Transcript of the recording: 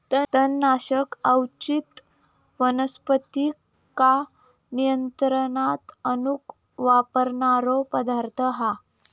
तणनाशक अवांच्छित वनस्पतींका नियंत्रणात आणूक वापरणारो पदार्थ हा